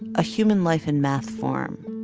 a human life in math form.